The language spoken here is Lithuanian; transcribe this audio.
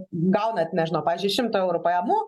gaunat nežinau pavyzdžiui šimtą eurų pajamų